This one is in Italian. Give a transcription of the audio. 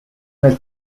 nel